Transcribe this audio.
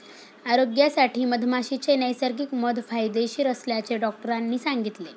आरोग्यासाठी मधमाशीचे नैसर्गिक मध फायदेशीर असल्याचे डॉक्टरांनी सांगितले